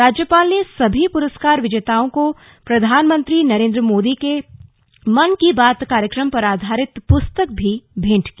राज्यपाल ने सभी प्रस्कार विजेताओं को प्रधानमंत्री नरेन्द्र मोदी के मन की बात कार्यक्रम पर आधारित प्रस्तक भी भेंट की